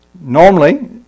normally